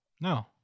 No